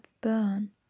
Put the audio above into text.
burn